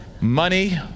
Money